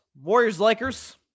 Warriors-Lakers